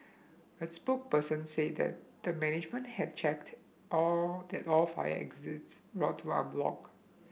its spokesperson said that the management had checked all that all fire exit route are blocked